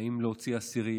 האם להוציא אסירים?